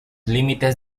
límites